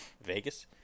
Vegas